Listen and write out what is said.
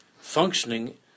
functioning